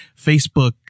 Facebook